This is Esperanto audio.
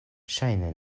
ŝajne